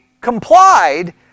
complied